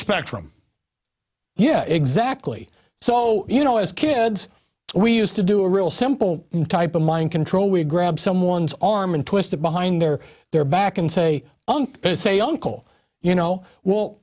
spectrum yeah exactly so you know as kids we used to do a real simple type of mind control we grab someone's arm and twist it behind their their back and say say uncle you know well